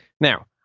Now